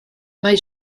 mae